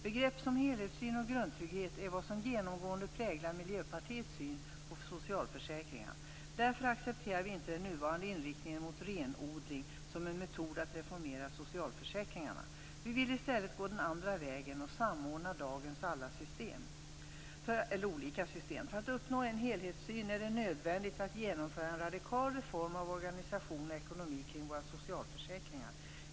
Begrepp som helhetssyn och grundtrygghet är vad som genomgående präglar Miljöpartiets syn på socialförsäkringar. Därför accepterar vi inte den nuvarande inriktningen mot renodling som en metod att reformera socialförsäkringarna. Vi vill i stället gå den andra vägen och samordna dagens alla olika system. För att uppnå en helhetssyn är det nödvändigt att man genomför en radikal reform av organisation och ekonomi kring våra socialförsäkringar.